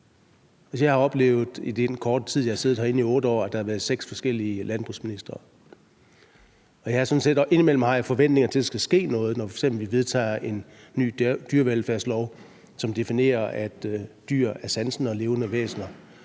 Jeg har oplevet i den korte tid, hvor jeg har siddet herinde, altså 8 år, at der har været seks forskellige landbrugsministre. Indimellem har jeg forventninger til, at der skal ske noget, f.eks. når vi vedtager en ny dyrevelfærdslov, som definerer, at dyr er sansende og levende væsener.